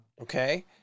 Okay